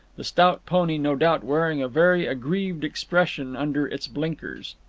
the stout pony no doubt wearing a very aggrieved expression under its blinkers.